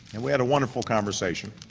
and we had a wonderful conversation.